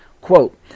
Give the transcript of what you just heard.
quote